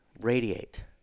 radiate